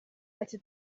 ati